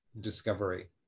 discovery